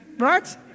right